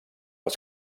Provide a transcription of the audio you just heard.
els